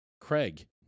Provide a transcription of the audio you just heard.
Craig